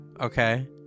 okay